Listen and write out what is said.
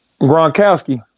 Gronkowski